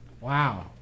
Wow